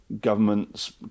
governments